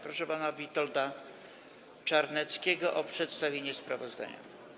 Proszę pana Witolda Czarneckiego o przedstawienie sprawozdania.